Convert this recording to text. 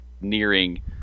nearing